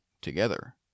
together